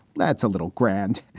that's a little grand.